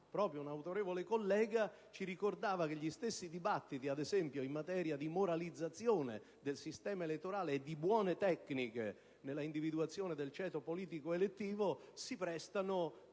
proprio un autorevole collega ci ricordava che gli stessi dibattiti, ad esempio, in tema di moralizzazione del sistema elettorale e di buone tecniche nella individuazione del ceto politico elettivo si prestano